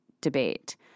debate